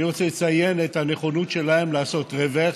אני רוצה לציין את הנכונות שלהם לעשות רוורס,